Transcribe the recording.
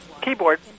keyboard